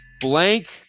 Blank